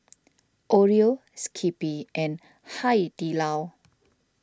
Oreo Skippy and Hai Di Lao